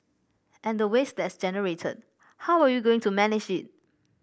and the waste that's generated how are you going to manage it